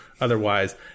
otherwise